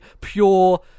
pure